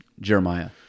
Jeremiah